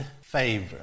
favor